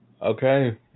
okay